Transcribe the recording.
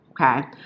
Okay